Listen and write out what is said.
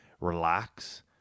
relax